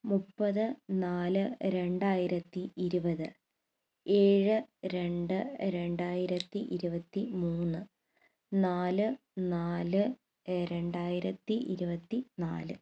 മുപ്പത് നാല് രണ്ടായിരത്തി ഇരുപത് ഏഴ് രണ്ട് രണ്ടായിരത്തി ഇരുപത്തി മൂന്ന് നാല് നാല് രണ്ടായിരത്തി ഇരുപത്തി നാല്